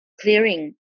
clearing